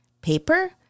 paper